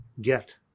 get